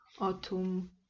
autumn